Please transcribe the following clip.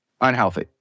unhealthy